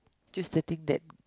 just the thing that